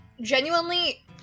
Genuinely